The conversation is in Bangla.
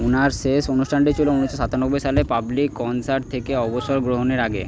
ওনার শেষ অনুষ্ঠানটি ছিল ঊনিশশো সাতানব্বই সালে পাবলিক কনসার্ট থেকে অবসর গ্রহণের আগে